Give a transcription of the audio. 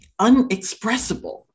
unexpressible